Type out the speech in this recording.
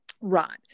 Right